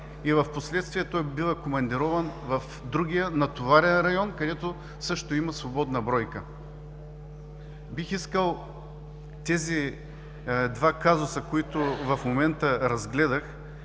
и впоследствие той бива командирован в другия натоварен район, където също има свободна бройка. Бих искал тези два казуса, които в момента разгледах,